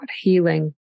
healing